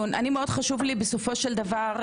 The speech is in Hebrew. בסופו של דבר,